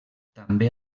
també